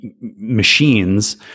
machines